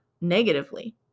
negatively